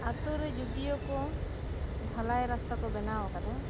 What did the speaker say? ᱟᱹᱛᱩ ᱨᱮ ᱡᱩᱫᱤᱣᱚ ᱠᱚ ᱰᱷᱟᱞᱟᱭ ᱨᱟᱥᱛᱟ ᱠᱚ ᱵᱮᱱᱟᱣ ᱟᱠᱟᱫᱟ